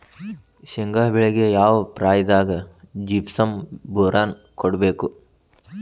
ಶೇಂಗಾ ಬೆಳೆಗೆ ಯಾವ ಪ್ರಾಯದಾಗ ಜಿಪ್ಸಂ ಬೋರಾನ್ ಕೊಡಬೇಕು?